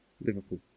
Liverpool